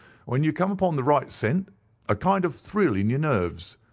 when you come upon the right scent a kind of thrill in your nerves.